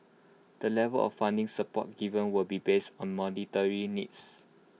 the level of funding support given will be based on mobility needs